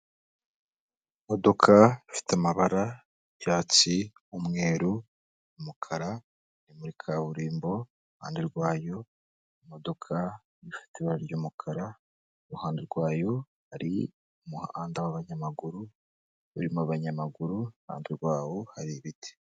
Imodoka ifite amabara y'icyatsi, umweru, umukara iri muri kaburimbo iruhande rwayo imodoka ifite ibara ry'umukara, iruhande rwayo hari umuhanda w'abanyamaguru urimo abanyamaguru iruhande rwabo hari ibiti.